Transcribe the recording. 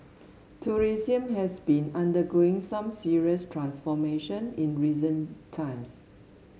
tourism has been undergoing some serious transformation in recent times